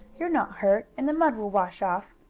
you're not hurt, and the mud will wash off.